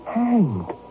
hanged